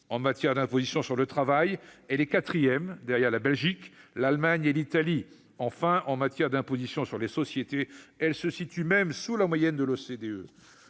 En matière d'imposition sur le travail, elle est quatrième derrière la Belgique, l'Allemagne et l'Italie. En matière d'imposition sur les sociétés, enfin, elle se situe même sous la moyenne de l'OCDE.